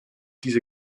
diese